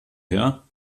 her